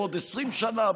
בעוד 20 שנה,